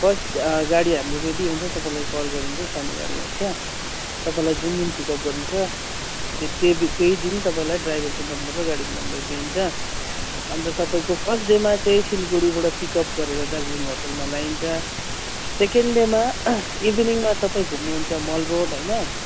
first गाडी हाम्रो ready हुन्छ तपाईँलाई कल गऱ्यो भने चाहिँ सानो गाडी हुन्छ तपाईँलाई जुन दिन पिकअप गरिन्छ ते त्यही ते त्यही दिन तपाईँलाई ड्राइभरको नम्बर र गाडीको नम्बर दिइन्छ अन्त तपाईँको फर्स्ट डेमा चाहिँ सिलगढीबाट पिकअप गरेर दार्जिलिङ होटलमा ल्याइन्छ सेकेन्ड डेमा इभिनिङमा तपाईँ घुम्नुहुन्छ मल रोड होइन